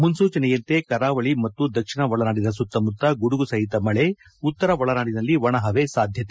ಮುನ್ಲೂಚನೆಯಂತೆ ಕರಾವಳಿ ಮತ್ತು ದಕ್ಷಿಣ ಒಳನಾಡಿನ ಸುತ್ತಮುತ್ತ ಗುಡುಗು ಸಹಿತ ಮಳೆ ಉತ್ತರ ಒಳನಾಡಿನಲ್ಲಿ ಒಣಪವೆ ಸಾಧ್ಯತೆ